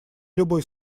любой